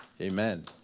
Amen